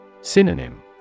Synonym